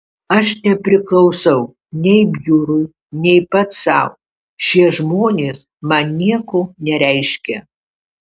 aš nepriklausau nei biurui nei pats sau šie žmonės man nieko nereiškia